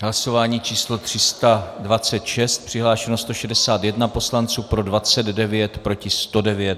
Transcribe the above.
Hlasování číslo 326, přihlášeno 161 poslanců, pro 29, proti 109.